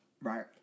right